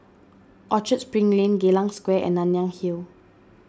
Orchard Spring Lane Geylang Square and Nanyang Hill